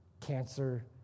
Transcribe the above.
cancer